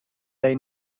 they